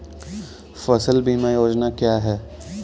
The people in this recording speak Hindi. फसल बीमा योजना क्या है?